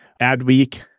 Adweek